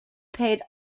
paid